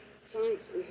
Science